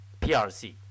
PRC